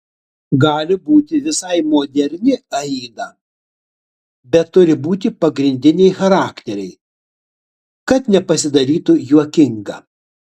gali būti visai moderni aida bet turi būti pagrindiniai charakteriai kad nepasidarytų juokinga